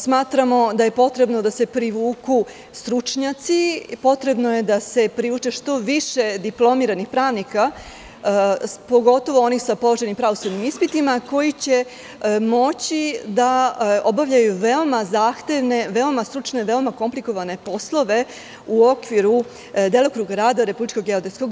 Smatramo da je potrebno da se privuku stručnjaci, da se privuče što više diplomiranih pravnika, pogotovo onih sa položenim pravosudnim ispitima, koji će moći da obavljaju veoma zahtevne, veoma stručne, veoma komplikovane poslove u okviru delokruga rada RGZ.